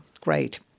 great